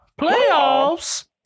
Playoffs